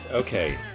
Okay